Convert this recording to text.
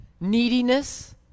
neediness